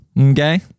okay